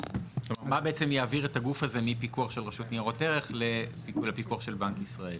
מה בעצם יעביר את הגוף הזה מפיקוח של ניירות ערך לפיקוח של בנק ישראל?